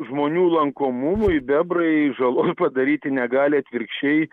žmonių lankomumui bebrai žalos padaryti negali atvirkščiai